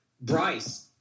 Bryce